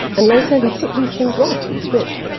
and later he put these things right in the script.